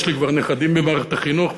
יש לי כבר נכדים במערכת החינוך,